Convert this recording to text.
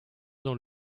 dans